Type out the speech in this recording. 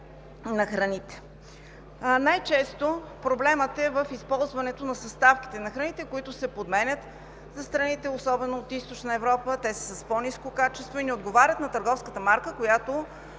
на храните. Най-често проблемът е в използването на съставките на храните, които се подменят за страните и особено в Източна Европа. Те са с по-ниско качество и не отговарят на търговската марка,